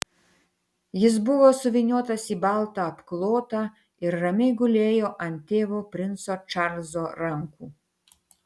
jis buvo suvyniotas į baltą apklotą ir ramiai gulėjo ant tėvo princo čarlzo rankų